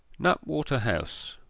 knapwater house,